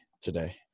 today